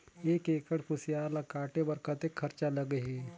एक एकड़ कुसियार ल काटे बर कतेक खरचा लगही?